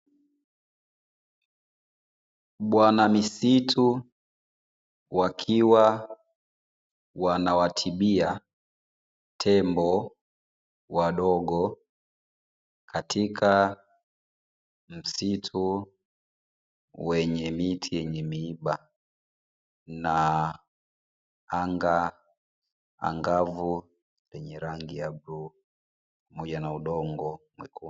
Bwana misitu wakiwa wanawatibia tembo wadogo katika msitu wenye miti yenye miiba na anga angavu, yenye rangi ya bluu pamoja na udongo mwekundu.